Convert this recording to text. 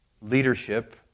leadership